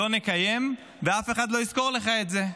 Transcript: לא נקיים ואף אחד לא יזכור לך את זה.